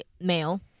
male